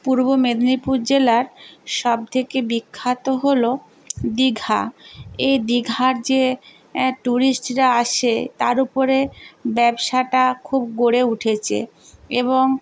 পূর্ব মেদিনীপুর জেলার সবথেকে বিখ্যাত হল দিঘা এই দিঘার যে টুরিস্টরা আসে তার উপরে ব্যবসাটা খুব গড়ে উঠেছে এবং